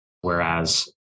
Whereas